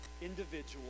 individual